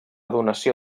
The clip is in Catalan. donació